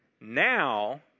Now